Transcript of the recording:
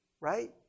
right